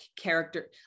character